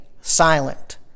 silent